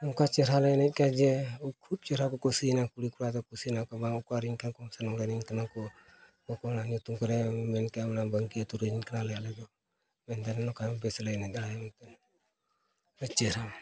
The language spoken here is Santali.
ᱱᱚᱝᱠᱟ ᱪᱮᱦᱨᱟ ᱞᱮ ᱮᱱᱮᱡ ᱠᱮᱜᱼᱟ ᱡᱮ ᱠᱷᱩᱵᱽ ᱪᱮᱦᱨᱟ ᱠᱚ ᱠᱩᱥᱤᱭᱮᱱᱟ ᱠᱩᱲᱤ ᱠᱚᱲᱟ ᱫᱚ ᱠᱩᱥᱤᱭᱱᱟᱠᱚ ᱵᱟᱝ ᱚᱠᱟ ᱨᱮᱱ ᱠᱟᱱᱟ ᱠᱚ ᱥᱮ ᱱᱚᱰᱮ ᱨᱮᱱ ᱠᱟᱱᱟ ᱠᱚ ᱚᱠᱚᱭ ᱚᱱᱟ ᱧᱩᱛᱩᱢ ᱠᱚᱨᱮᱜ ᱢᱮᱱ ᱠᱮᱜ ᱟᱭ ᱚᱱᱟ ᱵᱟᱝᱠᱤ ᱟᱹᱛᱩ ᱨᱮᱱ ᱠᱟᱱᱟᱞᱮ ᱟᱞᱮ ᱫᱚ ᱢᱮᱱᱛᱮ ᱱᱚᱝᱠᱟ ᱵᱮᱥ ᱞᱮ ᱮᱱᱮᱡ ᱫᱟᱲᱮᱭᱟᱜ ᱢᱮᱱᱛᱮ ᱟᱹᱰᱤ ᱪᱮᱦᱨᱟ